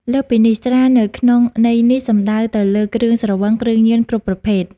លើសពីនេះ ស្រានៅក្នុងន័យនេះសំដៅទៅលើគ្រឿងស្រវឹង គ្រឿងញៀនគ្រប់ប្រភេទ។